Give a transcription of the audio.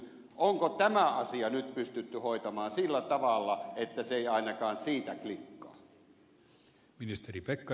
onko tämä asia nyt pystytty hoitamaan sillä tavalla että se ei ainakaan siitä klikkaa